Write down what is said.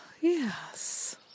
yes